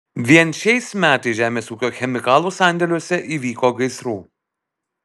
vien šiais metais žemės ūkio chemikalų sandėliuose įvyko gaisrų